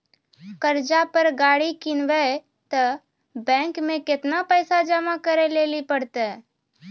कर्जा पर गाड़ी किनबै तऽ बैंक मे केतना पैसा जमा करे लेली पड़त?